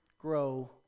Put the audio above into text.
grow